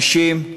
נשים,